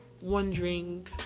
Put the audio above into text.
wondering